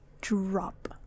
drop